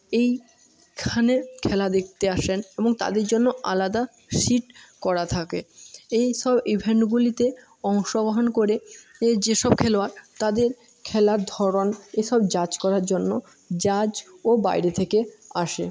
এইখানের খেলা দেখতে আসেন এবং তাদের জন্য আলাদা সিট করা থাকে এই সব ইভেন্টগুলিতে অংশগ্রহণ করে যেসব খেলোয়াড় তাদের খেলার ধরণ এসব জাজ করার জন্য জাজও বাইরে থেকে আসে